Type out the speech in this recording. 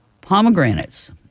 Pomegranates